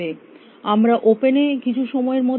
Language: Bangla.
আমরা ওপেন এ কিছু সময়ের মধ্যেই ফিরে আসব